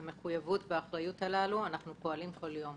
והמחויבות והאחריות האלו אנחנו פועלים כל יום.